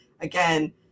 Again